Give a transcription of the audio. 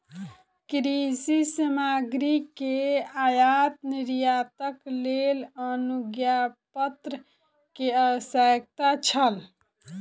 कृषि सामग्री के आयात निर्यातक लेल अनुज्ञापत्र के आवश्यकता छल